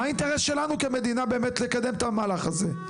מה האינטרס שלנו כמדינה באמת לקדם את המהלך הזה?